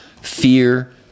fear